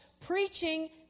Preaching